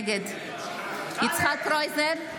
נגד יצחק קרויזר,